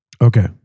Okay